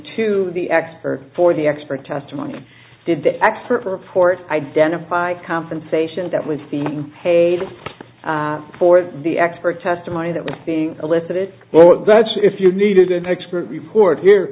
to the expert for the expert testimony did the expert proport identify compensation that would seem paid for the expert testimony that was being elicited well that's if you needed an expert report here